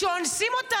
כשאונסים אותה,